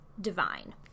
divine